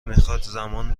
میخواد، زمان